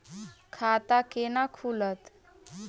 खाता केना खुलत?